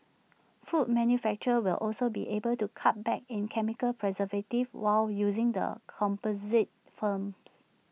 food manufacturers will also be able to cut back in chemical preservatives while using the composite films